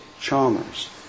Chalmers